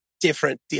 different